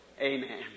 Amen